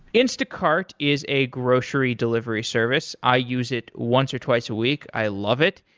instacart is a grocery delivery service. i use it once or twice a week. i love it.